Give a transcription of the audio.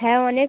হ্যাঁ অনেক